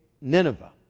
Nineveh